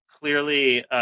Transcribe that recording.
clearly